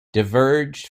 diverged